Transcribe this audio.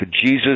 Jesus